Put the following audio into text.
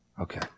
Okay